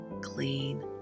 clean